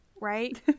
right